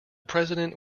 president